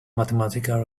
mathematical